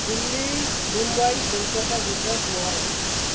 Delhi Mumbai Kolkata Gujarat Maharashtra